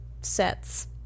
sets